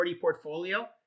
portfolio